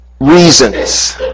reasons